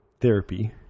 therapy